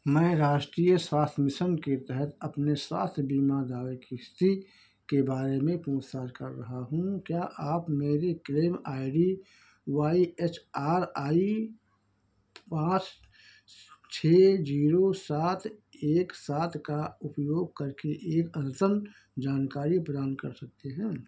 मैं राष्ट्रीय स्वास्थ्य मिशन के तहत अपने स्वास्थ्य बीमा दावे की इस्थिति के बारे में पूछताछ कर रहा हूँ क्या आप मेरे claim I D Y H R I पाँच छह ज़ीरो सात एक सात का उपयोग करके एक अद्यतन जानकारी प्रदान कर सकते हैं